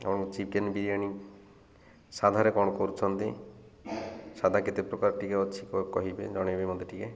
ଆଉ ଚିକେନ୍ ବିରିୟାନୀ ସାଧାରେ କ'ଣ କରୁଛନ୍ତି ସାଧା କେତେ ପ୍ରକାର ଟିକେ ଅଛି କହିବେ ଜଣାଇବେ ମୋତେ ଟିକେ